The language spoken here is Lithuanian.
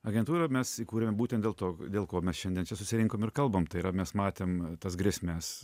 agentūrą mes įkūrėme būtent dėl to dėl ko mes šiandien čia susirinkom ir kalbam tai yra mes matėm tas grėsmes